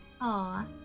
Aw